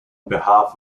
behalf